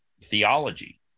theology